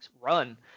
run